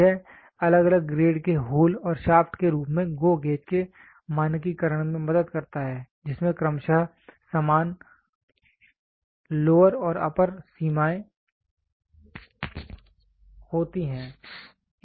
यह अलग अलग ग्रेड के होल और शाफ्ट के रूप में GO गेज के मानकीकरण में मदद करता है जिसमें क्रमशः समान लोअर और अपर सीमाएं होती हैं